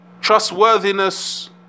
trustworthiness